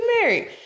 married